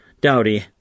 Dowdy